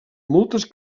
moltes